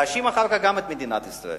ואחר כך גם להאשים את מדינת ישראל.